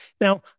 Now